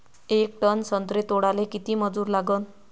येक टन संत्रे तोडाले किती मजूर लागन?